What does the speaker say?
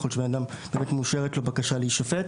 אם מאושרת לאדם בקשה להישפט.